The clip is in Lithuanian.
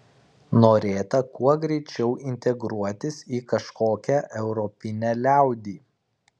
norėta kuo greičiau integruotis į kažkokią europinę liaudį